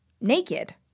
naked